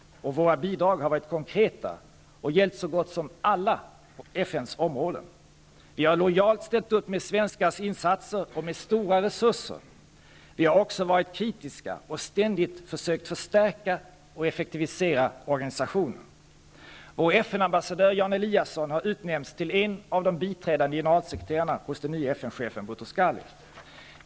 Våra bidrag har varit konkreta och gällt så gott som alla FN:s områden. Vi har lojalt ställt upp med svenskars insatser och med stora resurser. Vi har också varit kritiska och ständigt sökt förstärka och effektivisera organisationen. Vår FN-ambassadör, Jan Eliasson, har utnämnts till en av de biträdande generalsekreterarna hos den nye FN-chefen, Boutros Ghali.